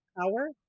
Power